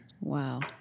Wow